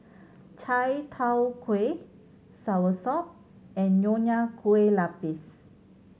chai tow kway soursop and Nonya Kueh Lapis